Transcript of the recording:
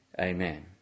Amen